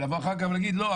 אבל לבוא אחר-כך ולהגיד: לא,